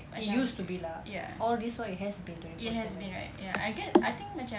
it used to be lah all these while it has been twenty four seven